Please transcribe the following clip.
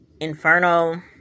inferno